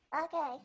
Okay